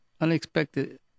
unexpected